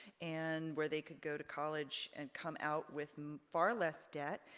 and where they could go to college, and come out with far less debt.